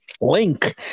Link